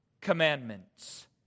commandments